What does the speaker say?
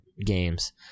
games